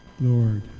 Lord